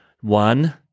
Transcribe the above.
One